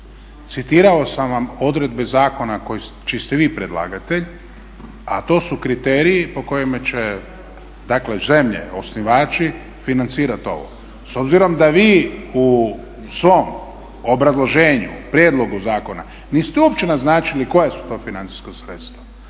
Citirao sam vam odredbe zakona čiji ste vi predlagatelj a to su kriteriji po kojima će dakle zemlje osnivači financirati ovo s obzirom da vi u svom obrazloženju prijedloga zakona niste uopće naznačili koja su to financijska sredstva.